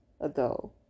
ago